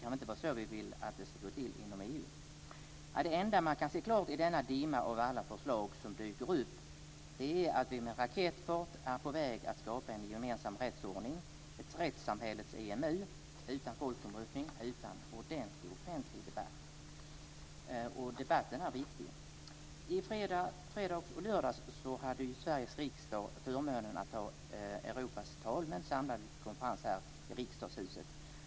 Det kan inte så vi vill att det ska gå till inom EU. Det enda man kan se klart i denna dimma av alla förslag som dyker upp är att vi med raketfart är på väg att skapa en gemensam rättsordning, ett rättssamhällets EMU utan folkomröstning, utan att få en ordentlig offentlig debatt, och debatten är viktig. I fredags och lördags hade Sveriges riksdag förmånen att ha Europas talmän samlade till konferens här i Riksdagshuset.